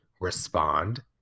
respond